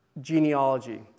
genealogy